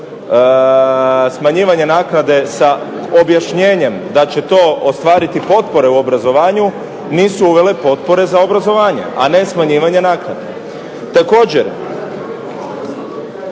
smanjivanje naknade sa objašnjenjem da će to ostvariti potpore u obrazovanju nisu uvele potpore za obrazovanje? A ne smanjivanje naknade. Također,